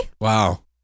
wow